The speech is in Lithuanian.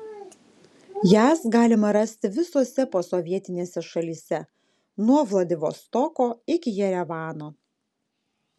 jas galima rasti visose posovietinėse šalyse nuo vladivostoko iki jerevano